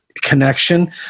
Connection